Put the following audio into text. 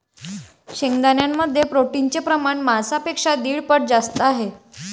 शेंगदाण्यांमध्ये प्रोटीनचे प्रमाण मांसापेक्षा दीड पट जास्त आहे